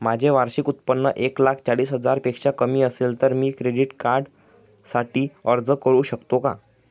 माझे वार्षिक उत्त्पन्न एक लाख चाळीस हजार पेक्षा कमी असेल तर मी क्रेडिट कार्डसाठी अर्ज करु शकतो का?